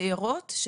צעירות,